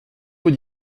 vous